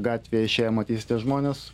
gatvėj išėję matysite žmones